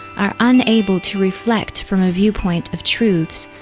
are unable to reflect from a viewpoint of truths,